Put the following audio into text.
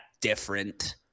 different